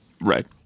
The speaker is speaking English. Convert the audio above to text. right